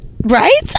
right